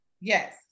Yes